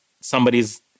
somebody's